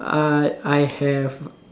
uh I have